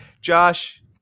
Josh